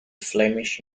flemish